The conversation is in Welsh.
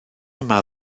yma